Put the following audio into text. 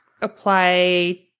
apply